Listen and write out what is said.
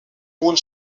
hohen